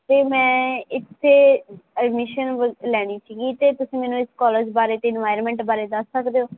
ਇਹ ਮੈਂ ਇੱਥੇ ਐਡਮਿਸ਼ਨ ਵ ਲੈਣੀ ਸੀਗੀ ਅਤੇ ਤੁਸੀਂ ਮੈਨੂੰ ਇੱਕ ਕੋਲਜ ਬਾਰੇ ਅਤੇ ਇਨਵਾਇਰਮੈਂਟ ਬਾਰੇ ਦੱਸ ਸਕਦੇ ਹੋ